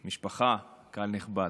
משפחה, קהל נכבד,